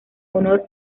honor